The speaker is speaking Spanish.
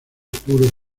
puro